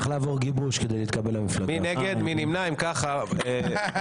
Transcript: להבנתי, מתקיים כבר דיון בוועדת החוקה, חוק